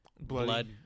blood